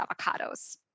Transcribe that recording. avocados